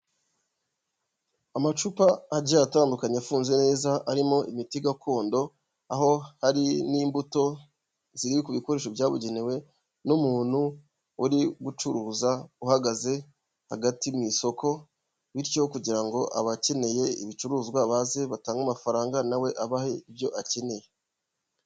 Amacupa agiye atandukanye afunze neza arimo imiti gakondo aho hari n'imbuto ziri ku bikoresho byabugenewe, n'umuntu uri gucuruza uhagaze hagati mu isoko bityo kugira ngo abakeneye ibicuruzwa baze batange amafaranga nawe abahe ibyo akeneye.